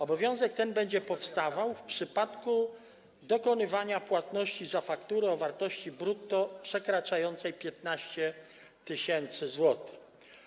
Obowiązek ten będzie powstawał w przypadku dokonywania płatności za faktury o wartości brutto przekraczającej 15 tys. zł.